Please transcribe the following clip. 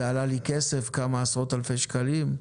זה עלה לי כסף, כמה עשרות אלפי שקלים.